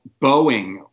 Boeing